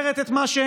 במסגרת כל